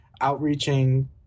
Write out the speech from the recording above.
outreaching